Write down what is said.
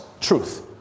truth